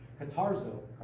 catarzo